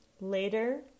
Later